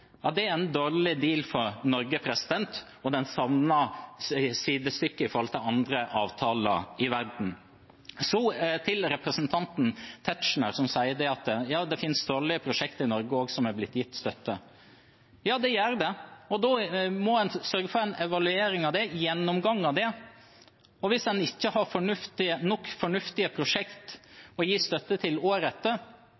ja, det er en dårlig deal for Norge, og det savner sidestykke i andre avtaler i verden. Så til representanten Tetzschner, som sier at det også finnes dårlige prosjekter i Norge som har fått støtte. Ja, det gjør det, og da må en sørge for en evaluering av dem, en gjennomgang av dem. Og hvis en ikke har nok fornuftige